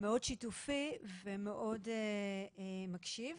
מאוד שיתופי ומאוד מקשיב.